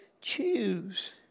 choose